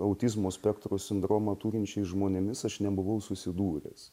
autizmo spektro sindromą turinčiais žmonėmis aš nebuvau susidūręs